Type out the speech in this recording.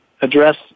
address